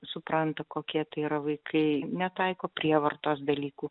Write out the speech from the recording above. supranta kokie tai yra vaikai netaiko prievartos dalykų